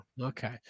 Okay